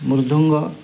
ମୄଦଙ୍ଗ